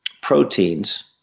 proteins